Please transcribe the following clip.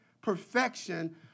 perfection